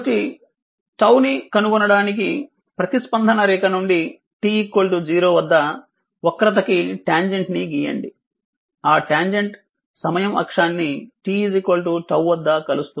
కాబట్టి 𝜏 ని కనుగొనడానికి ప్రతిస్పందన రేఖ నుండి t 0 వద్ద వక్రత కి ట్యాంజెంట్ ని గీయండి ఆ ట్యాంజెంట్ సమయం అక్షాన్ని t τ వద్ద కలుస్తుంది